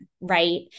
right